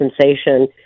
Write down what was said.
sensation